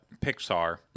Pixar